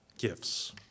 gifts